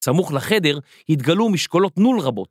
סמוך לחדר התגלו משקולות נול רבות.